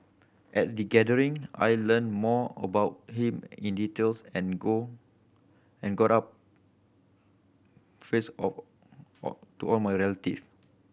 at the gathering I learnt more about him in details and go and got up face of all to my relative